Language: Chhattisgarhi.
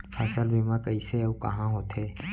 फसल बीमा कइसे अऊ कहाँ होथे?